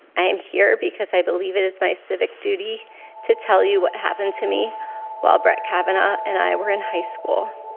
i am here because i believe it is my civic duty to tell you what happened to me while brett kavanaugh and i were in high school.